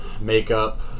Makeup